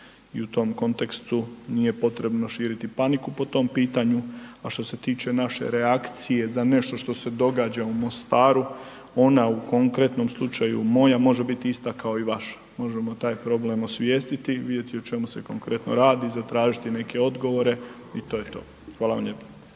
i u tom kontekstu nije potrebno širiti paniku po tom pitanu, a što se tiče naše reakcije za nešto što se događa u Mostaru, ona u konkretnom slučaju, moja može biti ista kao i vaša. Možemo taj problem osvijestiti, vidjeti o čemu se konkretno radi, zatražiti neke odgovore i to je to. Hvala vam lijepo.